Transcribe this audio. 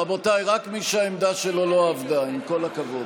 רבותיי, רק מי שהעמדה שלו לא עבדה, עם כל הכבוד.